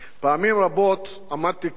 פעמים רבות עמדתי כאן